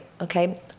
okay